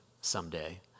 someday